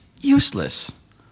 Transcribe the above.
useless